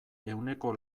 ehuneko